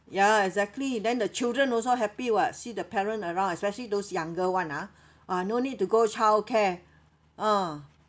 ya exactly then the children also happy [what] see the parents around especially those younger [one] ah ah no need to go childcare ah